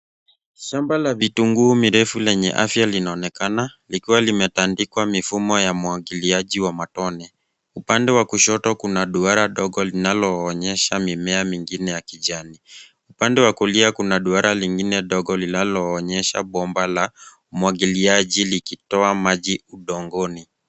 Shamba la vitunguu mirefu afya linaonekana limetandikwa mifumo ya mwagiliaji wa matone. Upande wa kushoto kuna duara dogo linaloonyesha mimea mingine ya kijani. Upande wa kulia kuna duara lingine dogo linaloonyesha bomba la umwagiliaji likitoa maji udongoni.